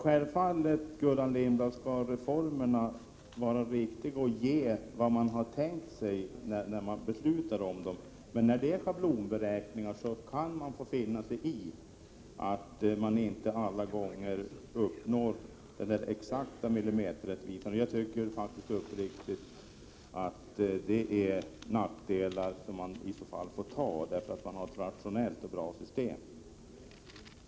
Självfallet, Gullan Lindblad, skall reformerna vara riktiga och ge vad man har tänkt sig när man beslutat om dem. Men när det är schablonberäkningar kan man få finna sig i att inte alla gånger uppnå exakt millimeterrättvisa. Jag tycker uppriktigt sagt att det är nackdelar som man i så fall får ta för att få ett rationellt och bra system.